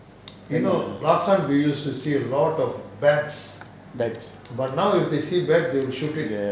bats